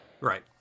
right